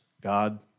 God